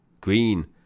Green